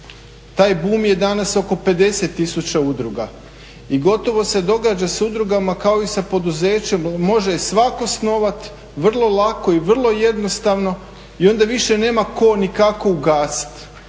Taj bum je danas oko 50 tisuća udruga. I gotovo se događa sa udrugama kao i sa poduzećima, može je svako osnovat vrlo lako i vrlo jednostavno i onda više nema tko ni kako ugasit.